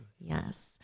Yes